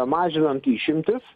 mažinant išimtis